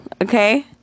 Okay